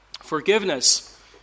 forgiveness